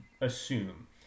assume